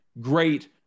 great